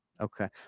Okay